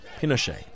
Pinochet